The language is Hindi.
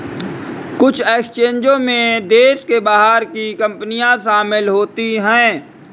कुछ एक्सचेंजों में देश के बाहर की कंपनियां शामिल होती हैं